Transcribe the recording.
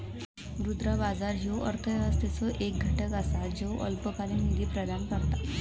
मुद्रा बाजार ह्यो अर्थव्यवस्थेचो एक घटक असा ज्यो अल्पकालीन निधी प्रदान करता